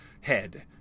head